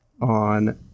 On